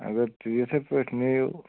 اگر تُہۍ یتھٕے پٲٹھۍ نِیِو